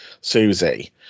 Susie